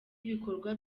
ibikorwa